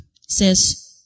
says